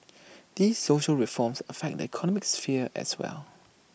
these social reforms affect the economic sphere as well